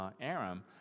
aram